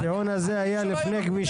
הטיעון הזה היה לפני כביש